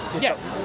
Yes